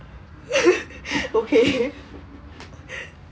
okay